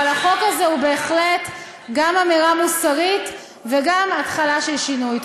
אבל החוק הזה הוא בהחלט גם אמירה מוסרית וגם התחלה של שינוי.